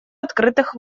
открытых